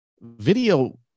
video